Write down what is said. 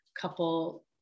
couple